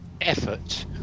effort